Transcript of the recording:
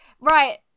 Right